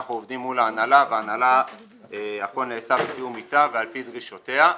אנחנו עובדים מול ההנהלה והכול נעשה בתיאום איתה ועל-פי דרישותיה,